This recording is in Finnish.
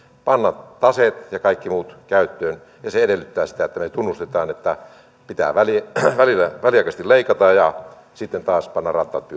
panna tase ja kaikki muut käyttöön ja se edellyttää sitä että me tunnustamme että pitää välillä välillä väliaikaisesti leikata ja sitten taas panna rattaat